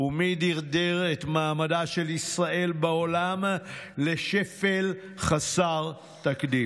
ומי דרדר את מעמדה של ישראל בעולם לשפל חסר תקדים?